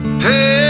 Hey